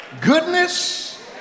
goodness